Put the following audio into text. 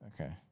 Okay